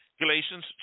Galatians